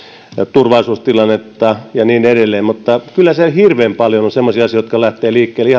turvallisuustilannetta ja niin edelleen mutta kyllä siellä hirveän paljon on semmoisia asioita jotka lähtevät liikkeelle